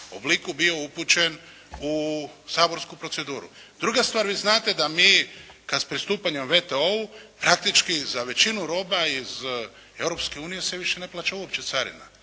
obliku bio upućen u saborsku proceduru. Druga stvar, vi znate da mi kod pristupanja WTO-u praktički za većinu roba iz Europske unije se više ne plaća uopće carina.